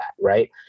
right